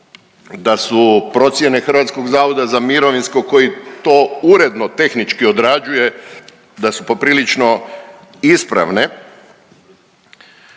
da su procjene HZMO koji to uredno tehnički odrađuje, da su poprilično ispravne,